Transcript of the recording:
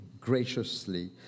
graciously